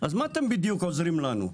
אז מה אתם בדיוק עוזרים לנו?